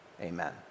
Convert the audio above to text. amen